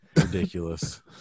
ridiculous